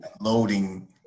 loading